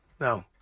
No